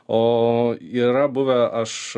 o yra buvę aš